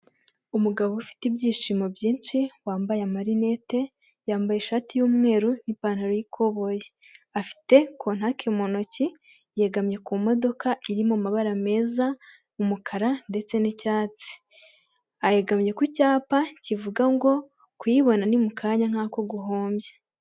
Umugabo ufite ibyishimo byinshi wambaye amarinete yambaye ishati y'umweru n'ipantaro y'ikoboyi. Afite kontaki mu ntoki yegamye ku modoka iri mu mabara meza, umukara ndetse n'icyatsi. Yegamye ku cyapa kivuga ngo kuyibona ni mu kanya nk'ako guhumbya.